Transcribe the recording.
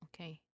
okay